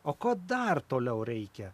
o ko dar toliau reikia